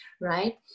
right